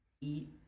eat